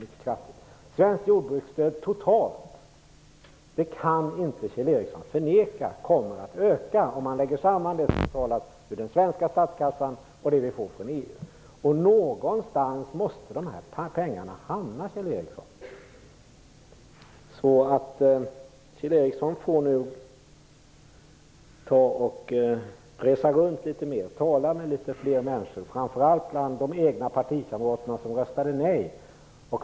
Kjell Ericsson kan inte förneka att svenskt jordbruksstöd totalt sett kommer att öka, om man lägger samman det som tas från den svenska statskassan och det som kommer från EU. Någonstans måste dessa pengar hamna, Kjell Ericsson. Kjell Ericsson borde alltså resa runt litet mera och tala med litet flera människor, framför allt med de egna partikamrater som röstade nej.